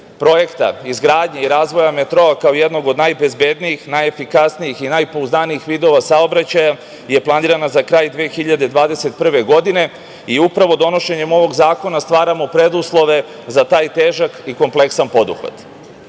projekta izgradnje i razvoja metroa, kao jednog od najbezbednijih, najefikasnijih i najpouzdanijih vidova saobraćaja je planirana za kraj 2021. godine i upravo donošenjem ovog zakona stvaramo preduslove za taj težak i kompleksan poduhvat. Projektom